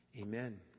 Amen